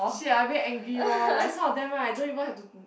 shit I very angry lor like some of them right don't even have to